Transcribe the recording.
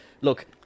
look